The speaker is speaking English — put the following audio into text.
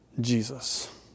Jesus